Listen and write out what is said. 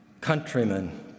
countrymen